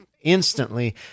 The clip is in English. instantly